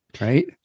Right